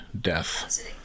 death